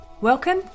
Welcome